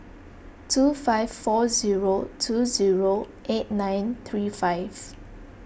two five four zero two zero eight nine three five